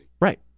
Right